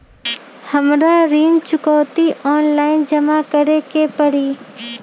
हमरा ऋण चुकौती ऑनलाइन जमा करे के परी?